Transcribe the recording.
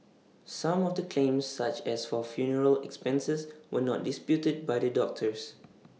some of the claims such as for funeral expenses were not disputed by the doctors